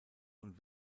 und